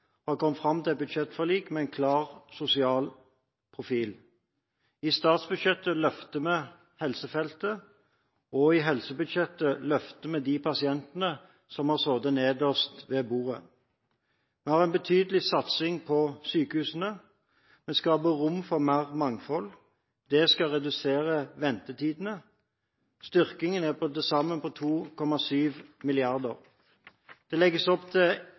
Venstre har kommet fram til et budsjettforlik med en klar sosial profil. I statsbudsjettet løfter vi helsefeltet, og i helsebudsjettet løfter vi de pasientene som har sittet nederst ved bordet. Vi har en betydelig satsing på sykehusene. Vi skaper rom for mer mangfold. Det skal redusere ventetidene. Styrkingen er på til sammen 2,7 mrd. kr. Det legges opp til